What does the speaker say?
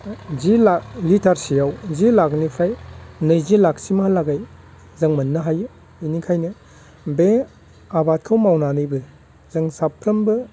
जि लाख लिटारसेयाव जि लाखनिफ्राय नैजि लाखसिमहालागै जों मोननो हायो बिनिखायनो बे आबादखौ मावनानैबो जों साफ्रामबो